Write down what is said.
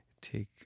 take